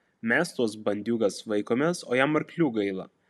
mes tuos bandiūgas vaikomės o jam arklių gaila